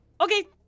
okay